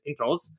intros